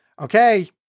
okay